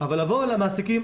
אבל לבוא למעסיקים,